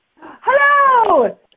Hello